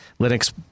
Linux